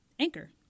Anchor